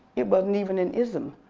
it wasn't even an ism,